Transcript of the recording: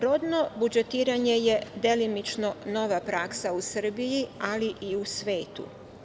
Rodno budžetiranje je delimično nova praksa u Srbiji, ali i u svetu.